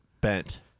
bent